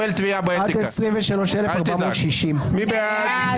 (חבר הכנסת רם בן ברק יוצא מאולם הוועדה) תאמין לי,